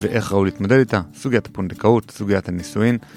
ואיך ראוי להתמודד איתה, סוגיית הפונדקאות, סוגיית הנישואין